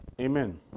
Amen